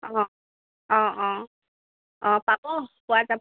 অঁ অঁ অঁ অঁ পাব পোৱা যাব